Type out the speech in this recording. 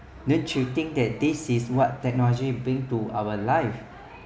don't you think that this is what technology brings to our life